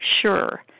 sure